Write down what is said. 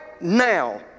now